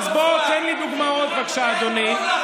אז בוא תן לי דוגמאות, בבקשה, אדוני.